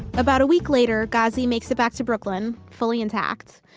about a week later, ghazi makes it back to brooklyn, fully intact,